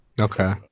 okay